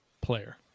player